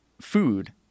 food